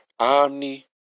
omni